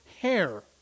hair